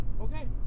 okay